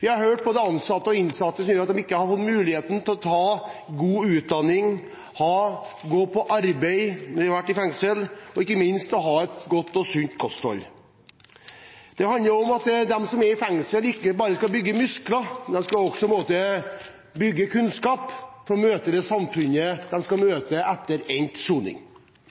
Vi har hørt både ansatte og innsatte som sier at de ikke har fått muligheten til å ta god utdanning, gå på arbeid når de har vært i fengsel, og ikke minst å ha et godt og sunt kosthold. Det handler om at de som er i fengsel, ikke bare skal bygge muskler. De skal også på en måte bygge kunnskap, for å møte samfunnet